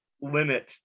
limit